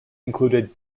included